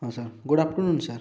ହଁ sir good afternoon sir